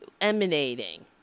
emanating